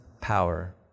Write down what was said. power